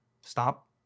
stop